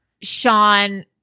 Sean